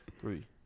Three